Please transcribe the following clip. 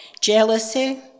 jealousy